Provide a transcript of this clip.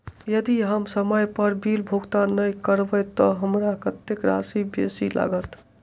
यदि हम समय पर बिल भुगतान नै करबै तऽ हमरा कत्तेक राशि बेसी लागत?